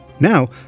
Now